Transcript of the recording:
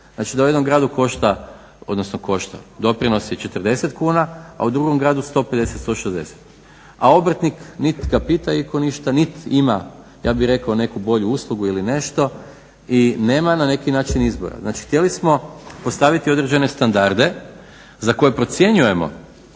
Znači da u jednom gradu košta odnosno košta, doprinos je 40 kuna, a u drugom gradu 150, 160, a obrtnik nit ga pita itko išta, nit ima ja bih rekao neku bolju uslugu ili nešto i nema na neki način izbora. Znači, htjeli smo postaviti određene standarde za koje procjenjujemo